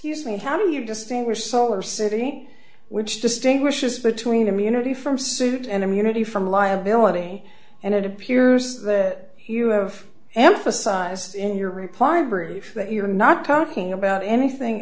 use me how do you distinguish solar city which distinguishes between community from suit and immunity from liability and it appears that emphasized in your reply proof that you are not talking about anything